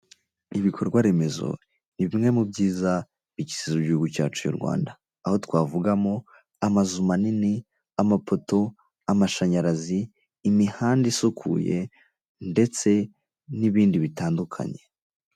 Ibikorwa remezo ni bimwe mu byiza bigize igihugu cyacu cy'u Rwanda, aho twavugamo amazu manini, amapoto, amashanyarazi, imihanda isukuye, ndetse n'ibindi bitandukanye.